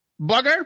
Bugger